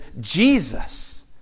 Jesus